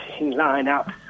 line-up